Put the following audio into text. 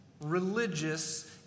religious